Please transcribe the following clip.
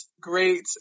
great